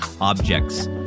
objects